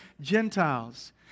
Gentiles